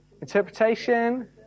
Interpretation